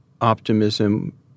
optimism